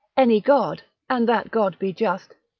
any god, and that god be just,